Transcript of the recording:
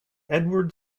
edward